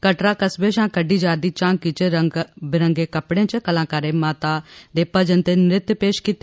कटरा कस्बे शा कड्ढी जा'रदी झांकी च रंग बरंगे कपड़े च कलाकारे माता दे भजन ते नृत्य पेश कीते